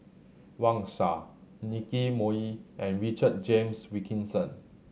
Wang Sha Nicky Moey and Richard James Wilkinson